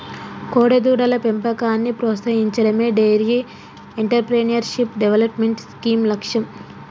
కోడెదూడల పెంపకాన్ని ప్రోత్సహించడమే డెయిరీ ఎంటర్ప్రెన్యూర్షిప్ డెవలప్మెంట్ స్కీమ్ లక్ష్యం